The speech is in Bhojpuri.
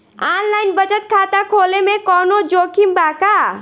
आनलाइन बचत खाता खोले में कवनो जोखिम बा का?